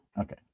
Okay